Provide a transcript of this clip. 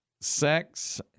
sex